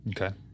Okay